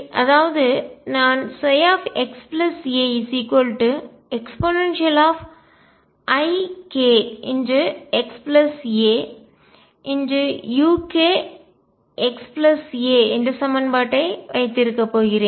அதாவது நான் xaeikxaukxa என்ற சமன்பாட்டை வைத்திருக்க போகிறேன்